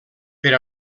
per